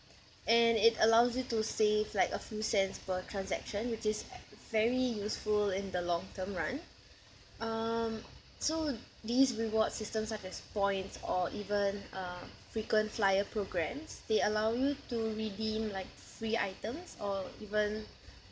and it allows you to save like a few cents per transaction which is very useful in the long term run um so these rewards system such as points or even uh frequent flyer programs they allow you to redeem like free items or even